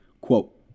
Quote